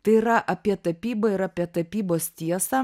tai yra apie tapybą ir apie tapybos tiesą